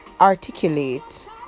articulate